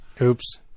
Oops